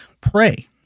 Pray